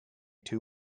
two